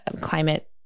climate